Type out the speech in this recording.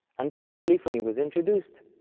until polyphony was introduced,